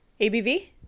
ABV